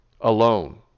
alone